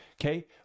Okay